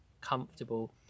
comfortable